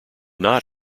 not